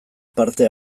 parte